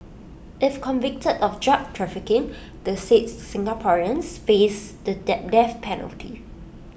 if convicted of drug trafficking the six Singaporeans face the death penalty